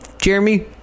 Jeremy